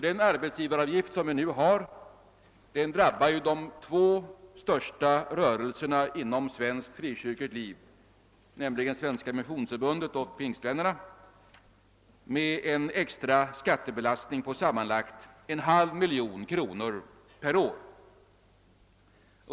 Den arbetsgivaravgift vi nu har drabbar de två största rörelserna inom svenskt frikyrkligt liv, nämligen Svenska missionsförbundet och Pingstvännerna, med en extra skattebelastning på sammanlagt en halv miljon kronor per år.